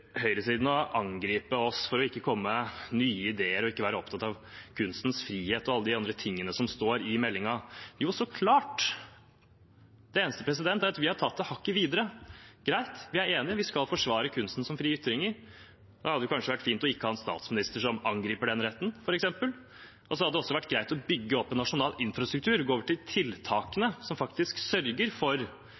høyresiden å angripe oss for ikke å komme med nye ideer og ikke å være opptatt av kunstens frihet og alle de andre tingene som står i meldingen. Jo, så klart – det eneste er at vi har tatt det hakket videre. Greit, vi er enige, vi skal forsvare kunsten som fri ytring. Da hadde det kanskje vært fint å ha en statsminister som ikke angriper den retten, f.eks., og så hadde det også vært greit å bygge opp en nasjonal infrastruktur og gå over til tiltakene som faktisk sørger for